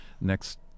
next